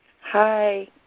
Hi